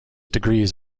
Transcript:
degrees